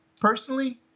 personally